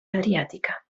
adriàtica